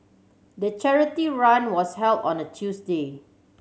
the charity run was held on a Tuesday